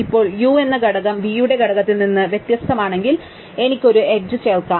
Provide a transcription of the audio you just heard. ഇപ്പോൾ u എന്ന ഘടകം v യുടെ ഘടകത്തിൽ നിന്ന് വ്യത്യസ്തമാണെങ്കിൽ എനിക്ക് ഒരു എഡ്ജ് ചേർക്കാം